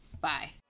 Bye